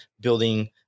building